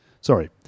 Sorry